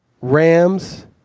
Rams